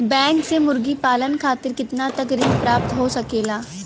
Bank से मुर्गी पालन खातिर कितना तक ऋण प्राप्त हो सकेला?